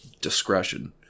discretion